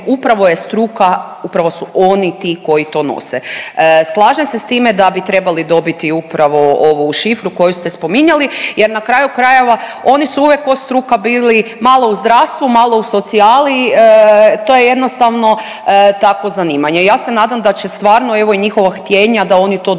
upravo je struka, upravo su oni ti koji to nose. Slažem se s time da bi trebali dobiti upravo ovu šifru koju ste spominjali jer na kraju krajeva oni su uvijek ko struka bili malo u zdravstvu, malo u socijali to je jednostavno tako zanimanje. I ja se nam da će stvarno evo i njihova htjenja da oni to dobe